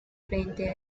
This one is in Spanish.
frente